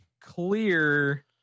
clear